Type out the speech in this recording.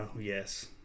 Yes